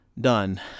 done